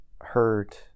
hurt